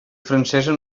francesa